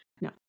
No